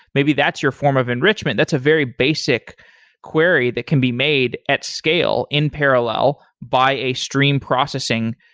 maybe that's your form of enrichment. that's a very basic query that can be made at scale in parallel by a stream processing.